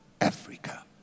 Africa